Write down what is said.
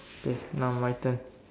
yes now my turn